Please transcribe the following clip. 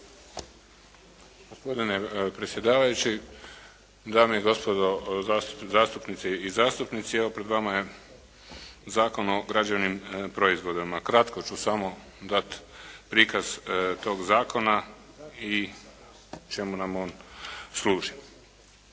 Gospodine predsjedavajući, dame i gospodo zastupnice i zastupnici. Evo pred vama je Zakon o građevnim proizvodima. Kratko ću samo dati prikaz tog zakona i čemu nam on služi.